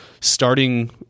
starting